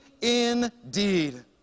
indeed